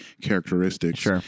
characteristics